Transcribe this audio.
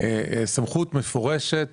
סמכות מפורשת